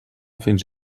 fins